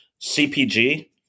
cpg